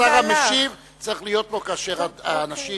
השר המשיב צריך להיות פה כאשר האנשים